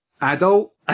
adult